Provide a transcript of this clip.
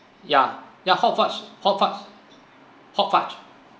ya ya hot fudge hot fudge hot fudge